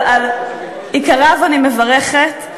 על עיקריו אני מברכת,